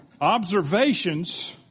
Observations